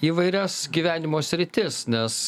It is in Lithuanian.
įvairias gyvenimo sritis nes